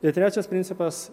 ir trečias principas